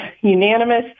unanimous